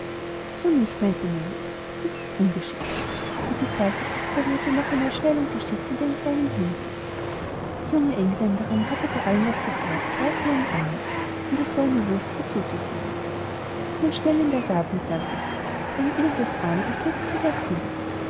so nicht meinte nellie das ist ungeschickt und sie faltete die serviette noch einmal schnell und geschickt mit ihren kleinen händen die junge engländerin hatte bei allem was sie that grazie und anmut es war eine lust ihr zuzusehen nun schnell in der garten sagte sie nahm ilses arm und führte sie dorthin